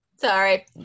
Sorry